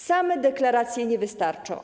Same deklaracje nie wystarczą.